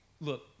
Look